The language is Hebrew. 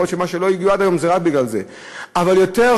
יכול להיות שלא הגיעו עד היום רק בגלל זה.